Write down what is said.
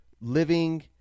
living